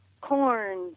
Corn